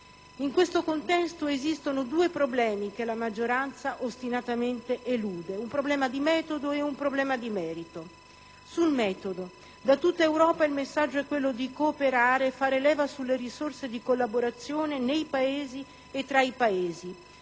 In questo contesto esistono due problemi, che la maggioranza ostinatamente elude: un problema di metodo e un problema di merito. Sul metodo. Da tutta Europa il messaggio è quello di cooperare e fare leva sulle risorse di collaborazione nei Paesi e tra i Paesi.